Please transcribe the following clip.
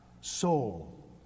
soul